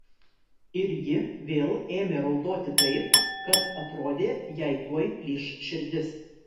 ir ji vėl ėmė raudoti taip kad atrodė jai tuoj plyš širdis